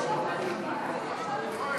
בפירוק),